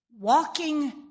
Walking